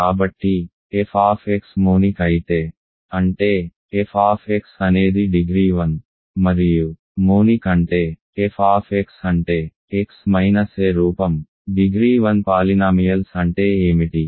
కాబట్టి f monic అయితే అంటే f అనేది డిగ్రీ 1 మరియు మోనిక్ అంటే f అంటే x మైనస్ a రూపం డిగ్రీ 1 పాలినామియల్స్ అంటే ఏమిటి